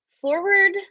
forward